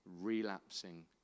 relapsing